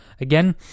again